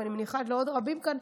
ואני מניחה שלעוד רבים כאן,